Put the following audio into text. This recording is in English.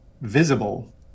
visible